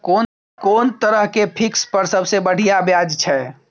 कोन तरह के फिक्स पर सबसे बढ़िया ब्याज छै?